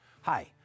Hi